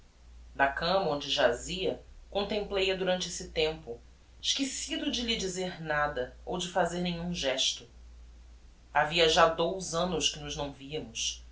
da cama onde jazia contemplei a durante esse tempo esquecido de lhe dizer nada ou de fazer nenhum gesto havia já dous annos que nos não viamos